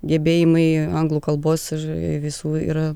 gebėjimai anglų kalbos ir visų yra